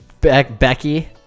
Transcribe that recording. becky